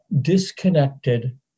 disconnected